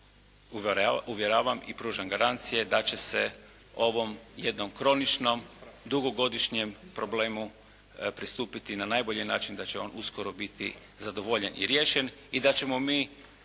uvjeravam i pružam garancije da će se ovom jednom kroničnom, dugogodišnjem problemu pristupiti na najbolji način da će on uskoro biti zadovoljen i riješen i da ćemo mi